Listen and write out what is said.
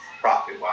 profit